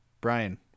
Brian